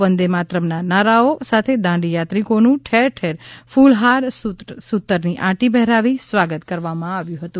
વંદે મારતમના નારાઓ સાથે દાંડીયાત્રિકોનું ઠેર ઠેર ફ્લહાર સુતરની આંટી પહેરાવી સ્વાગત કરવામાં આવ્યું હતું